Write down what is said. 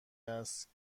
است